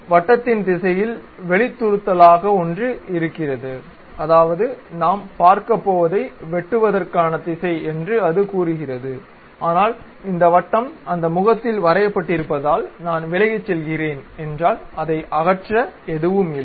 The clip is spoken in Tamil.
வட்டத்தின் திசையில் வெளித்துருத்தலாக ஒன்று இருக்கிறது அதாவது நாம் பார்க்கப் போவதை வெட்டுவதற்கான திசை என்று அது கூறுகிறது ஆனால் இந்த வட்டம் அந்த முகத்தில் வரையப்பட்டிருப்பதால் நான் விலகிச் செல்கிறேன் என்றால் அதை அகற்ற எதுவும் இல்லை